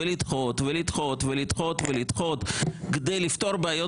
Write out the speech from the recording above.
ולדחות ולדחות ולדחות ולדחות כדי לפתור בעיות